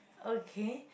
okay